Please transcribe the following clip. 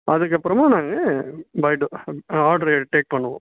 அதுக்கப்புறமா நாங்கள் பை டு நாங்கள் ஆட்ரை டேக் பண்ணுவோம்